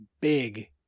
big